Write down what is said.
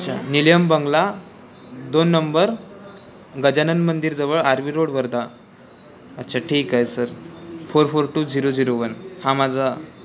अच्छा निलेयम बंगला दोन नंबर गजानन मंदिरजवळ आर्वी रोड वर्धा अच्छा ठीक आहे sir four four two zero zero one हा माझा